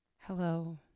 Hello